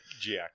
Jack